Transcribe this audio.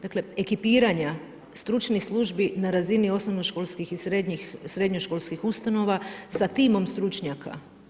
Dakle, ekipiranja stručnih službi na razini osnovnoškolskih i srednjoškolskih ustanova sa timom stručnjaka.